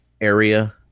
area